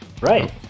Right